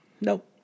Nope